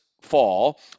fall